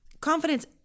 confidence